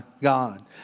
God